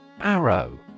Arrow